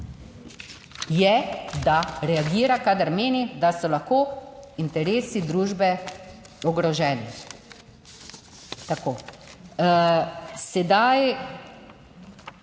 je, da reagira, kadar meni, da so lahko interesi družbe ogroženi. Tako.